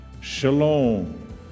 shalom